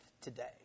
today